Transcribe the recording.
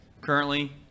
currently